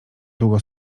długo